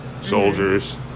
soldiers